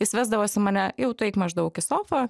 jis vesdavosi mane jau tu eik maždaug į sofą